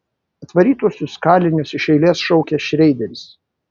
atvarytuosius kalinius iš eilės šaukia šreideris